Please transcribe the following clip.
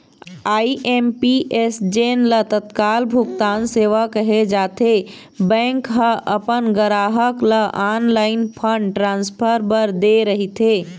IMPS जेन ल तत्काल भुगतान सेवा कहे जाथे, बैंक ह अपन गराहक ल ऑनलाईन फंड ट्रांसफर बर दे रहिथे